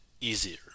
easier